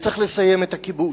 וצריך לסיים את הכיבוש: